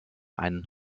ein